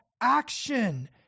action